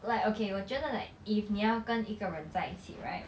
like okay 我觉得 like if 你要跟一个人在一起 right